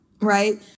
right